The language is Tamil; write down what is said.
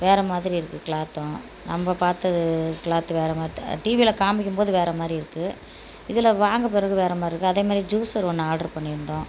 வேறு மாதிரி இருக்குது கிளாத்து நம்ம பார்த்தது கிளாத்து வேறு மாதிரி டிவியில் காமிக்கும் போது வேறு மாதிரி இருக்குது இதில் வாங்கிப்பிறகு வேறு மாதிரி இருக்குது அதே மாதிரி ஜூஸ்சர் ஒன்று ஆர்டர் பண்ணியிருந்தோம்